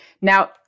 Now